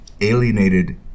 alienated